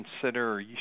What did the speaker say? consider